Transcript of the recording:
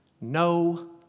no